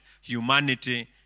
humanity